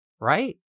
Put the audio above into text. right